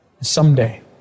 Someday